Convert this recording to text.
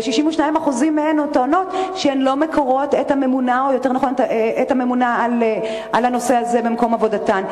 62% מהן טוענות שהן לא מכירות את הממונה על הנושא הזה במקום עבודתן.